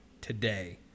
today